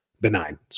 benign